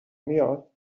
میاد